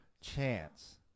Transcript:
Chance